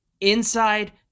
inside